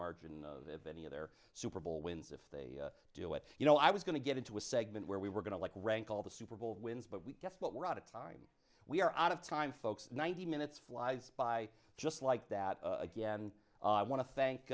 margin of any of their super bowl wins if they do it you know i was going to get into a segment where we were going to like rank all the super bowl wins but we guess what we're out of time we're out of time folks ninety minutes flies by just like that again i want to thank